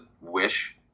wish